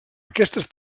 aquestes